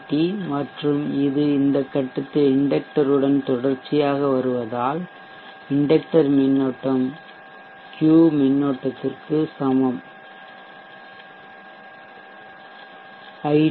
D மற்றும் இது இந்த கட்டத்தில் இண்டெக்டர் உடன் தொடர்ச்சியாக வருவதால் இண்டெக்டர் மின்னோட்டம் கியூ மின்னோட்டத்திற்கு சமம் ஐ